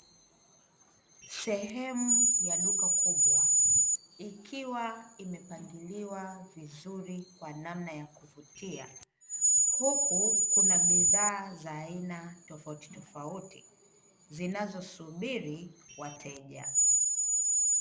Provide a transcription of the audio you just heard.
Sehemu ya duka kubwa ikiwa imepangaliwa vizuri kwa namna ya kuvutia huku kuna bidhaa za aina tofauti tofauti zinazosubiri wateja.